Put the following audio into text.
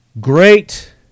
great